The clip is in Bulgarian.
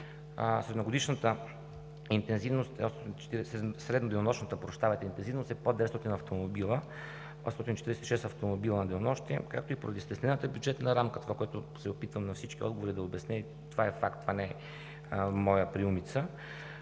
средно денонощната интензивност е под 900 автомобила – 846 автомобила на денонощие, както и поради стеснената бюджетна рамка – това, което се опитвам във всички отговори да обясня и това е факт, това не е моя приумица,